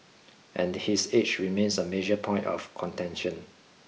and his age remains a major point of contention